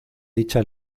dicha